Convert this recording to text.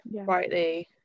rightly